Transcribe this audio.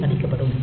D அணைக்கப்படும்